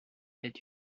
est